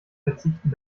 verzichten